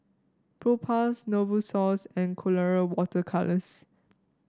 Propass Novosource and Colora Water Colours